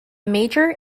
major